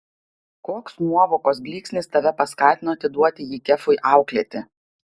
koks nuovokos blyksnis tave paskatino atiduoti jį kefui auklėti